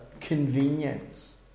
convenience